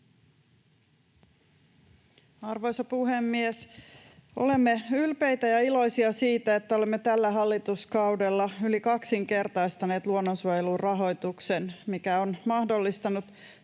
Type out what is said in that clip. Arvoisa puhemies! Olemme ylpeitä ja iloisia siitä, että olemme tällä hallituskaudella yli kaksinkertaistaneet luonnonsuojelun rahoituksen, mikä on mahdollistanut